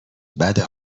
بده